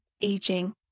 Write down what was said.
aging